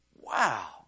Wow